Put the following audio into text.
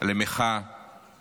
למחאה